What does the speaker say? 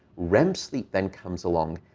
rem sleep then comes along,